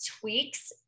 tweaks